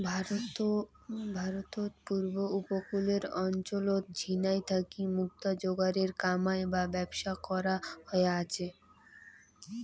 ভারতত পুব উপকূলের অঞ্চলত ঝিনাই থাকি মুক্তা যোগারের কামাই বা ব্যবসা করা হয়া আচে